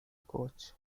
coach